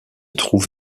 trouve